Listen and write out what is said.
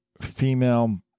female